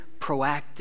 proactive